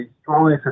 strongly